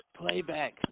playback